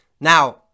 Now